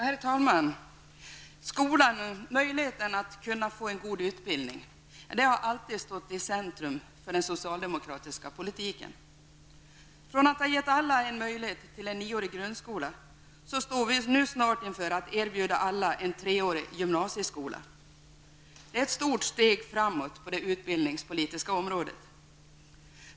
Herr talman! Skolan, möjligheten att få en god utbildning, har alltid stått i centrum för den socialdemokratiska politiken. Från att ha gett alla möjlighet att gå i nioårig grundskola står vi nu snart inför det faktum att alla erbjuds att gå i treårig gymnasieskola. Det är ett stort steg framåt på det utbildningspolitiska området.